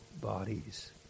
bodies